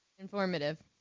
Informative